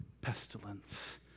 pestilence